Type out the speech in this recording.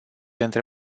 între